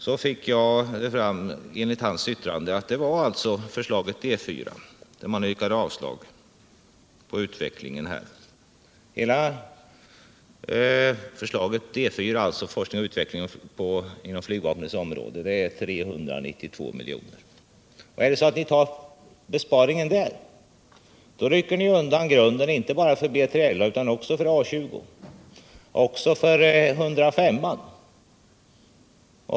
Av hans yttrande fick jag fram att det gällde anslaget D 4. Hela anslaget D 4, som gäller forskning och utveckling på flygvapnets område, uppgår till 392 milj.kr. Om ni tar besparingen där, rycker ni undan grunden inte bara för B3LA utan också för A 20 liksom för 105:an.